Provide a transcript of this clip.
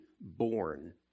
born